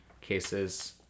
cases